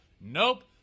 Nope